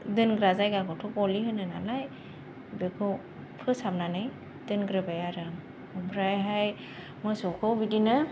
दोनग्रा जायगाखौथ गलि होनो नालाय बेखौ फोसाबनानै दोनग्रोबाय आरो ओमफ्रायहाय मोसौखौ बिदिनो